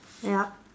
yup